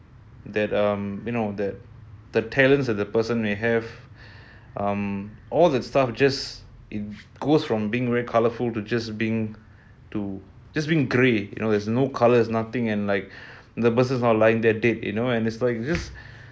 that um you know that the talents of the person might have and all that stuff you know it just from being really colourful to just being too just being grey you know there's no colour is nothing and like the person is lying there dead you know and it's like this